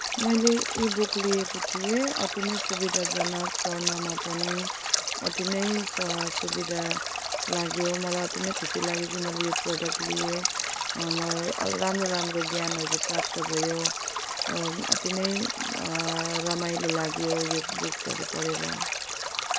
मैले e book लिएको थिएँ अति नै सुविधाजनक पढ्नमा पनि अति नै सहज सुविधा लाग्यो मलाई अति नै खुसी लाग्यो कि मैले यो प्रडक्ट लिएँ मलाई राम्रो राम्रो ज्ञानहरू प्राप्त भयो अति नै रमाइलो लाग्यो यो बुक्सहरू पढेर